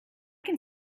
can